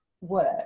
work